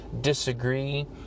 disagree